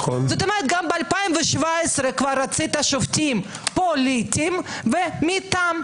כלומר גם ב-2017 רצית שופטים פוליטיים ומטעם.